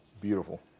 beautiful